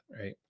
right